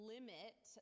Limit